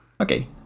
Okay